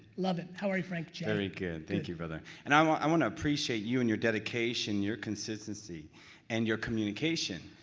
love it how are you frank-jay? very good thank you, brother. and i want i want to appreciate you and your dedication, your consistency and your communication.